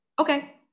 okay